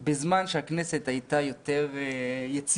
בזמן שהכנסת הייתה יותר יציבה,